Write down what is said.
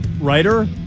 writer